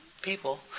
people